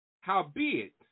Howbeit